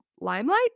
limelight